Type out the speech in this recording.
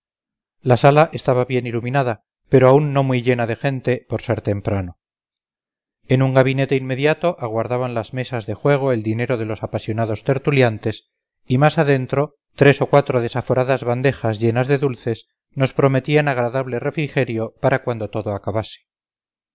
la sala estaba bien iluminada pero aún no muy llena de gente por ser temprano en un gabinete inmediato aguardaban las mesas de juego el dinero de los apasionados tertuliantes y más adentro tres o cuatro desaforadas bandejas llenas de dulces nos prometían agradable refrigerio para cuando todo acabase